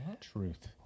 Truth